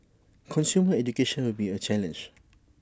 consumer education will be A challenge